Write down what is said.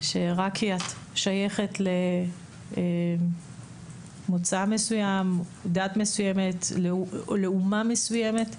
ששייכת למוצא מסוים, לדת מסוימת, לאומה מסוימת,